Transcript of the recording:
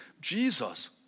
Jesus